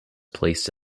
placed